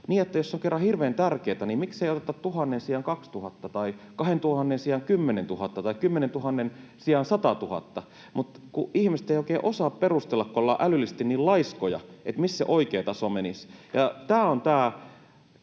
on, että jos se on kerran hirveän tärkeätä, niin miksi ei oteta 1 000:n sijaan 2 000 tai 2 000:n sijaan 10 000 tai 10 000:n sijaan 100 000, mutta ihmiset eivät oikein osaa perustella, kun ollaan älyllisesti niin laiskoja, missä se oikea taso menisi.